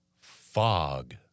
Fog